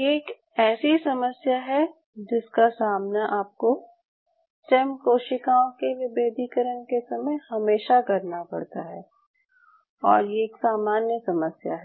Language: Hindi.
ये एक ऐसी समस्या है जिसका सामना आपको स्टेम कोशिकाओं के विभेदीकरण के समय हमेशा करना पड़ता है और ये एक सामान्य समस्या है